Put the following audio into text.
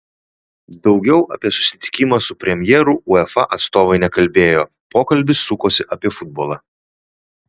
daugiau apie susitikimą su premjeru uefa atstovai nekalbėjo pokalbis sukosi apie futbolą